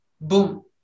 Boom